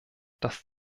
das